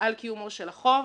על קיומו של החוב.